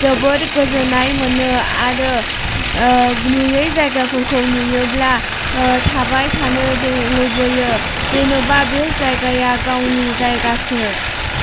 जोबोद गोजोननाय मोनो आरो नुयै जायगाफोरखौ नुयोब्ला थाबाय थानो जे लुबैयो जेनेबा बे जायगाया गावनि जायगासो